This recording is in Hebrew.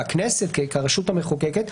והכנסת כרשות המחוקקת,